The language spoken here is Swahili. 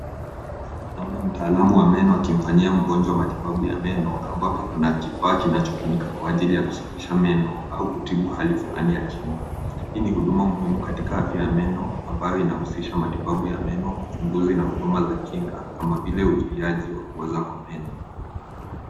Hapa naona mtaalam wa meno akimfanyia mgonjwa matibabu ya meno, ambapo kuna kifaa kinachotumika kwa ajili ya kusafisha meno, au kutibu hali fulani ya kinywa. Hii ni huduma muhimu katika afya ya meno, ambayo inahusisha matibabu ya meno, uchunguzi na huduma za kinga, kama vile uzuiaji wa kuoza kwa meno.